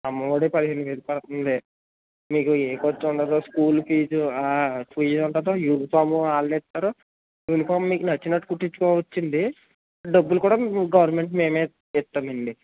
అమ్మ వొడి పదిహేను వేలు పడుతుంది మీకు ఏ కొరత ఉండదు స్కూల్ ఫీజు ఫీజు అయిన తరువాత యూనీఫార్మ్ వాళ్ళే ఇస్తారు యూనీఫార్మ్ మీకు నచ్చినట్టు కుట్టించుకోవచ్చండి డబ్బులు కూడా గవర్నమెంట్కి మేమే ఇస్తామండి